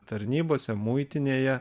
tarnybose muitinėje